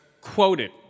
quoted